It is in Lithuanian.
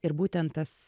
ir būtent tas